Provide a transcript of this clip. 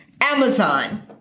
Amazon